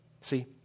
See